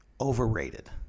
overrated